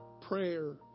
prayer